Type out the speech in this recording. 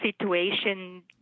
situation